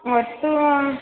ಒಟ್ಟು